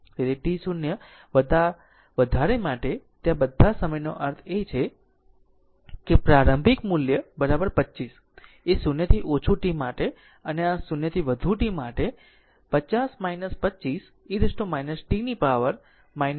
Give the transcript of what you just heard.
તેથી t 0 કરતા વધારે માટે તે બધા સમયનો અર્થ એ છે કે પ્રારંભિક મૂલ્ય 25 એ 0 થી ઓછું t માટે અને આ 0 થી વધુ t માટે 0 50 25 e t ની પાવર 0